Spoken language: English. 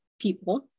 people